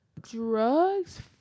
Drugs